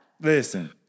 Listen